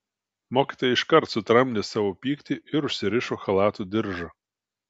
mokytoja iškart sutramdė savo pyktį ir užsirišo chalato diržą